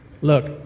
Look